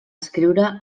escriure